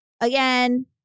again